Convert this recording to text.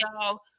y'all